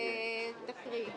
תקראי בבקשה.